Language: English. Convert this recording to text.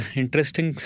interesting